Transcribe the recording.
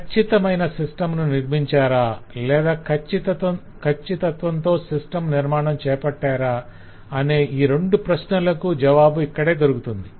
కచ్చితమైన సిస్టమ్ ను నిర్మించారా లేదా కచ్చితత్వంతో సిస్టమ్ నిర్మాణం చేపట్టేరా అనే ఈ రెండు ప్రశ్నలకు జవాబు ఇక్కడే దొరుకుతుంది